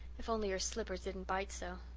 if only her slippers didn't bite so!